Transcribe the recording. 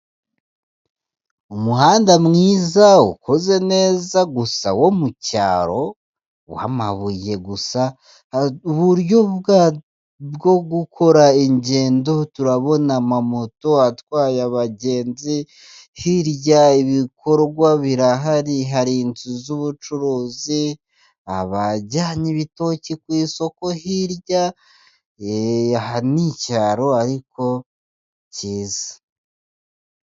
Umuhanda mwiza ukoze neza gusa wo mucyaro, w'amabuye gusa, uburyo bwo gukora ingendo turabona amamoto atwaye abagenzi, hirya ibikorwa birahari hari inzu z'ubucuruzi, abajyanye ibitoki ku isoko hirya, aha ni icyaro ariko cyiza.